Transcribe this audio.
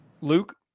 Luke